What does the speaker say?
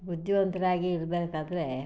ಬುದ್ಧಿವಂತರಾಗಿ ಇರ್ಬೇಕೆಂದರೆ